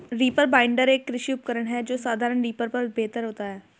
reaper binder, एक कृषि उपकरण है जो साधारण रीपर पर बेहतर होता है